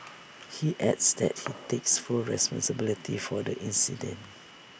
he adds that he takes full responsibility for the incident